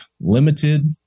limited